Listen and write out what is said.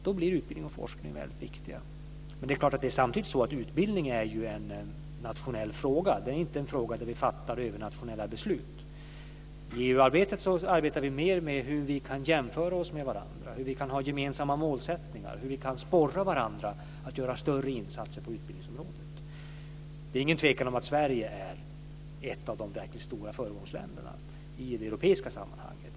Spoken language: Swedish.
Då blir utbildning och forskning viktiga. Samtidigt är utbildning en nationell fråga. Det är inte en fråga där vi fattar övernationella beslut. I EU arbetar vi mer med hur vi kan jämföra oss med varandra, hur vi kan ha gemensamma målsättningar, hur vi kan sporra varandra att göra större insatser på utbildningsområdet. Det är ingen tvekan om att Sverige är ett av de verkligt stora föregångsländerna i det europeiska sammanhanget.